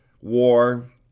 war